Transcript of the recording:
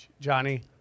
Johnny